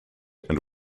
and